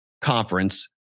conference